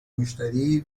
مشتری